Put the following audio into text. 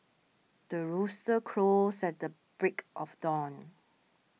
the rooster crows at the break of dawn